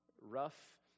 rough